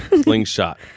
slingshot